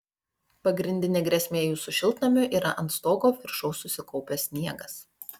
pagrindinė grėsmė jūsų šiltnamiui yra ant stogo viršaus susikaupęs sniegas